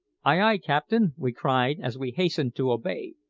ay, ay, captain! we cried as we hastened to obey,